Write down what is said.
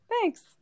Thanks